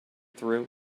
through